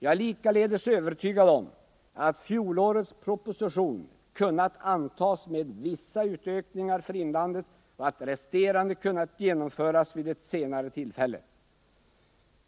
Jag är likaledes övertygad om att fjolårets proposition kunnat antas med vissa utökningar för inlandet och att det resterande kunnat föras in vid ett senare tillfälle.